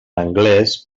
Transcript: anglès